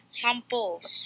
samples